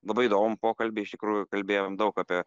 labai įdomų pokalbį iš tikrųjų kalbėjom daug apie